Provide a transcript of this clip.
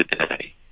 today